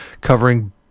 covering